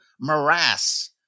morass